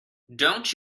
don’t